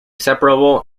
separable